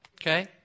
Okay